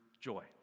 Joy